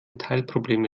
teilprobleme